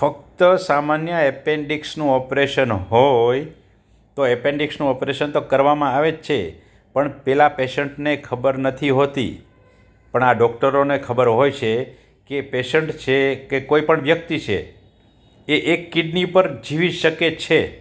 ફક્ત સામાન્ય એપેન્ડિક્સનું ઓપરેશન હોય તો એપેન્ડિક્સનું ઓપરેશન તો કરવામાં આવે જ છે પણ પેલા પેશન્ટને ખબર નથી હોતી પણ આ ડોક્ટરોને ખબર હોય છે કે પેશન્ટ છે કે કોઈ પણ વ્યક્તિ છે એ એક કિડની પર જીવી શકે છે